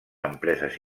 empreses